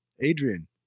adrian